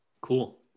Cool